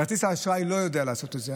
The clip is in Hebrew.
כרטיס האשראי לא יודע לעשות את זה.